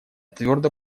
твердо